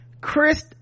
chris